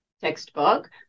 textbook